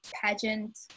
pageant